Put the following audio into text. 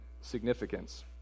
significance